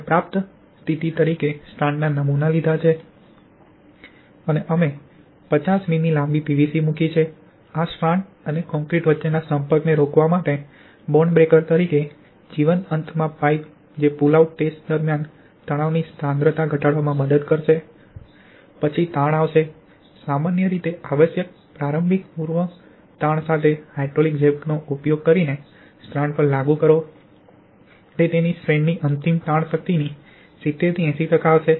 અમે પ્રાપ્ત સ્થિતિ તરીકે સ્ટ્રાન્ડના નમૂના લીધા છે અને અમે 50 મીમી લાંબી પીવીસી મૂકી છે આ સ્ટ્રાન્ડ અને કોંક્રિટ વચ્ચેના સંપર્કને રોકવા માટે બોન્ડ બ્રેકર તરીકે જીવંત અંતમાં પાઇપ જે પુલ આઉટ ટેસ્ટ દરમિયાન તણાવની સાંદ્રતા ઘટાડવામાં મદદ કરશે પછી તાણ આવશે સામાન્ય રીતે આવશ્યક પ્રારંભિક પૂર્વ તાણ સાથે હાઇડ્રોલિક જેકનો ઉપયોગ કરીને સ્ટ્રાન્ડ પર લાગુ કરો તે તેની સ્ટ્રેન્ડની અંતિમ તાણ શક્તિની 70 થી 80 ટકા હશે